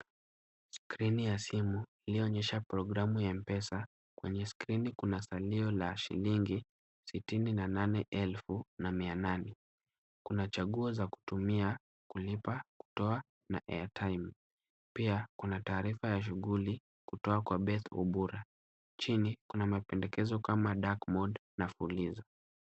Skrini ya simu iliyoonyesha programu ya M-Pesa. Kwenye skrini kuna salio la shilingi sitini na nane elfu na mia nane. Kuna chaguo za kutumia, kulipa, kutoa na Airtime . Pia kuna taarifa ya shughuli kutoa kwa Best Obura. Chini, kuna mapendekezo kama dark mode na fuliza.